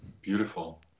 beautiful